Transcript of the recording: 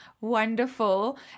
wonderful